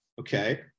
Okay